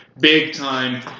big-time –